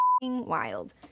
wild